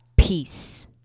Peace